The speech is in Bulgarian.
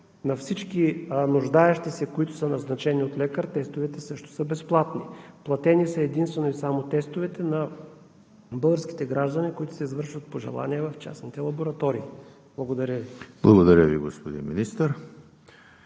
На всички нуждаещи се, които са назначени от лекар, тестовете също са безплатни. Платени са единствено и само тестовете на българските граждани, които се извършват по желание, в частните лаборатории. Благодаря Ви. ПРЕДСЕДАТЕЛ ЕМИЛ ХРИСТОВ: